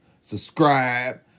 subscribe